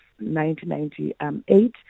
1998